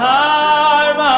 time